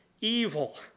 evil